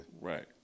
Right